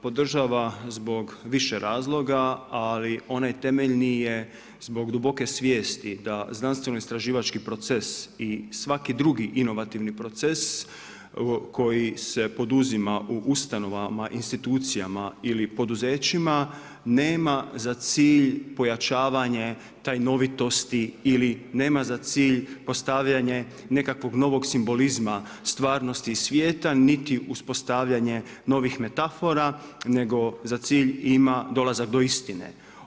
Podržava zbog više razloga ali onaj temeljni je zbog duboke svijesti da znanstveno-istraživački proces i svaki drugi inovativni proces koji se poduzima u ustanovama, institucijama ili poduzećima nema za cilj pojačavanje tajnovitosti ili nema za cilj postavljanje nekakvog novog simbolizma stvarnosti svijeta niti uspostavljanje novih metafora nego za cilj ima dolazak do istine.